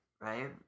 Right